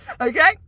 Okay